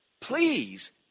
Please